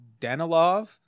Denilov